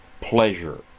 pleasure